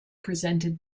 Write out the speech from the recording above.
presented